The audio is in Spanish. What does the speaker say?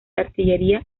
artillería